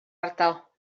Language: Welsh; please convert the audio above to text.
ardal